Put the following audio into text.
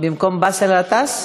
במקום באסל גטאס?